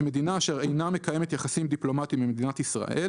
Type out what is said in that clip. - מדינה אשר אינה מקיימת יחסים דיפלומטיים עם מדינת ישראל,